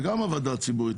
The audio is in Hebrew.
ולדעתי גם הוועדה הציבורית,